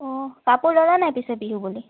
অঁ কাপোৰ ল'লা নাই পিছে বিহু বুলি